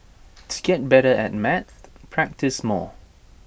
to get better at maths practise more